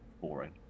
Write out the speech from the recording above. boring